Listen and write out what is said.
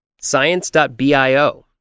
Science.bio